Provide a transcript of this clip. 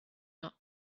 not